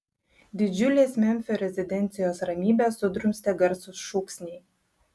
didžiulės memfio rezidencijos ramybę sudrumstė garsūs šūksniai